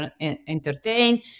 entertain